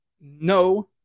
no